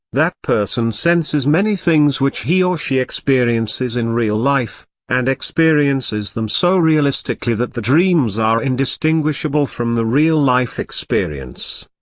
that person senses many things which he or she experiences in real life, and experiences them so realistically that the dreams are indistinguishable from the real life experience.